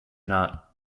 not